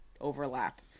overlap